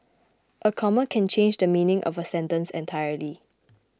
a comma can change the meaning of a sentence entirely